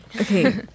okay